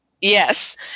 Yes